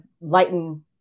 lighten